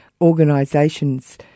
organisations